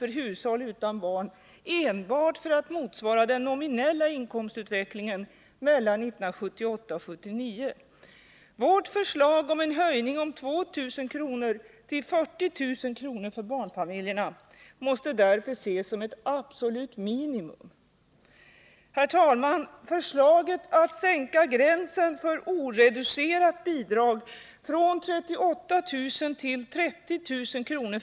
för hushåll utan barn enbart för att motsvara den nominella inkomstutvecklingen mellan 1978 och 1979. Vårt förslag om en höjning med 2 000 kr. till 40 000 kr. för barnfamiljerna måste därför ses som ett absolut minimum. Herr talman! Förslaget att sänka gränsen för oreducerat bidrag från 38 000 till 30 000 kr.